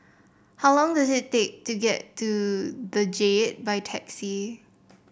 how long does it take to get to the Jade by taxi